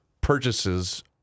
purchases